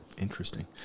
Interesting